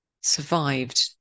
survived